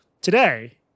today